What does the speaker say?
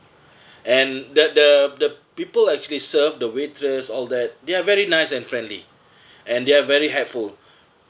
and the the the people actually serve the waitress all that they are very nice and friendly and they're very helpful